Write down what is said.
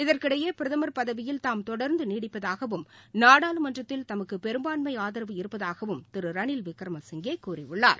இதற்கிடையே பிரதமர் பதவியில் தாம் தொடர்ந்துநீடிப்பதாகவும் நாடாளுமன்றத்தில் தமக்குபெரும்பான்மைஆதரவு இருப்பதாகவும் திருரணில் விக்ரமசிங்கேகூறியுள்ளார்